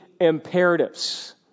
imperatives